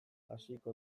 hasiko